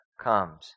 comes